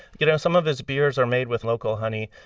you know some of his beers are made with local honey,